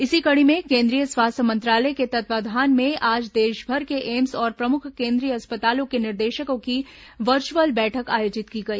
इसी कड़ी में केंद्रीय स्वास्थ्य मंत्रालय के तत्वावधान में आज देशभर के एम्स और प्रमुख केंद्रीय अस्पतालों के निदेशकों की वर्चुअल बैठक आयोजित की गई